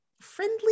friendly